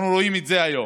אנחנו רואים את זה היום.